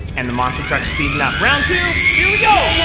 and the monster truck's speeding up. round two here we go! yeah